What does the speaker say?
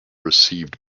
received